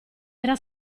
era